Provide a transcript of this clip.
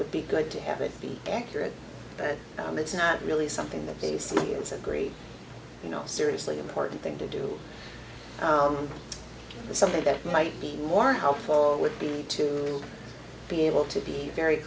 would be good to have it be accurate but it's not really something that they say it's a great you know seriously important thing to do something that might be more helpful would be to be able to be very